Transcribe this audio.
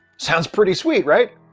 sounds pretty sweet, right?